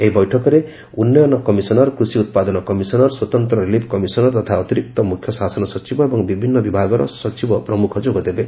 ଏହି ବୈଠକରେ ଉନ୍ନୟନ କମିଶନର୍ କୃଷି ଉପାଦନ କମିଶନର ସ୍ୱତନ୍ତ ରିଲିଫ୍ କମିଶନର୍ ତଥା ଅତିରିକ୍ତ ମୁଖ୍ୟ ଶାସନ ସଚିବ ଏବଂ ବିଭିନୁ ବିଭାଗର ସଚିବ ପ୍ରମୁଖ ଯୋଗ ଦେବେ